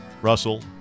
Russell